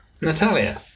Natalia